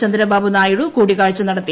ചന്ദ്രബാബു നായിഡു കൂടിക്കാഴ്ച നടത്തി